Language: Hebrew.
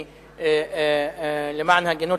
למען ההגינות,